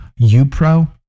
UPRO